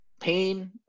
pain